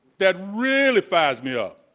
that really fires me up.